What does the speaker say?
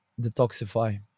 detoxify